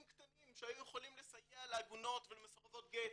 קטנים שהיו יכולים לסייע לעגונות ולמסורבות גט,